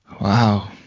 Wow